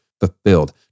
fulfilled